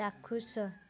ଚାକ୍ଷୁଷ